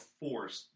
force